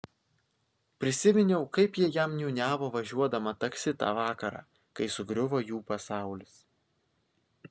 prisiminiau kaip ji jam niūniavo važiuodama taksi tą vakarą kai sugriuvo jų pasaulis